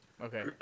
okay